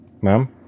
Ma'am